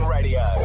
Radio